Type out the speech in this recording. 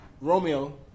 Romeo